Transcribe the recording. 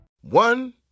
One